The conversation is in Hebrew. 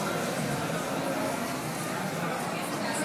הרב אריה